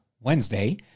Wednesday